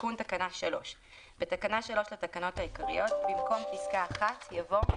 תיקון תקנה 3 בתקנה 3 לתקנות העיקריות במקום פסקה (1) יבוא: